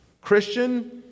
Christian